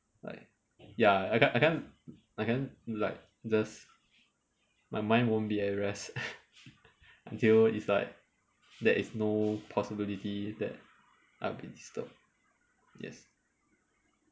like ya I can't I can't I can't like just my mind won't be at rest until it's like there is no possibility that I'll be disturbed yes